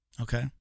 Okay